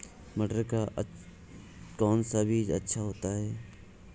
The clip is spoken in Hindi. मटर का कौन सा बीज अच्छा होता हैं?